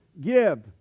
Give